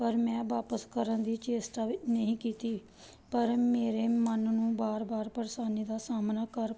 ਪਰ ਮੈਂ ਵਾਪਸ ਕਰਨ ਦੀ ਚੇਸਟਾ ਨਹੀਂ ਕੀਤੀ ਪਰ ਮੇਰੇ ਮਨ ਨੂੰ ਵਾਰ ਵਾਰ ਪਰੇਸ਼ਾਨੀ ਦਾ ਸਾਹਮਣਾ ਕਰ